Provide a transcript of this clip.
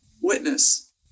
witness